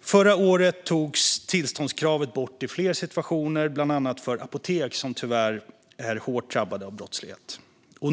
Förra året togs tillståndskravet bort för fler situationer, bland annat för apotek, som tyvärr är hårt drabbade av brottslighet.